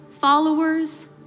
followers